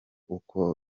uko